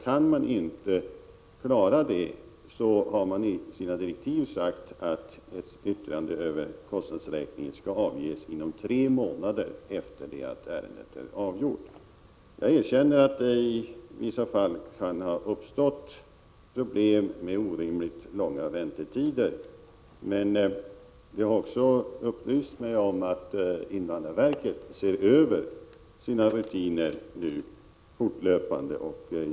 Kan man inte klara det finns det direktiv som säger att yttrande över kostnadsräkning skall avges inom tre månader efter det att ärendet är avgjort. Jag erkänner att det i vissa fall kan ha uppstått problem med orimligt långa Prot. 1986/87:80 väntetider, men jag har också fått upplysning om att invandrarverket nu 5 mars 1987 fortlöpande ser över sina rutiner.